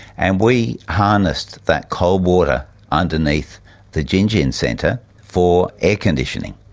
and we harnessed that cold water underneath the gingin centre for air conditioning.